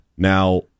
Now